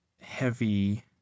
heavy